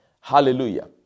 Hallelujah